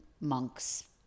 monks